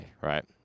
right